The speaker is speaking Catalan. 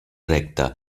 recte